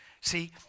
See